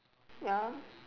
ya